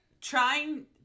trying